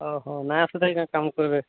ଓ ହୋ ନା ଅସୁବିଧା କିଛି ନାଇଁ କାମ୍ କରବେ